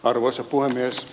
arvoisa puhemies